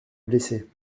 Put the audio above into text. blessé